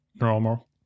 normal